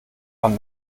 wann